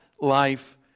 life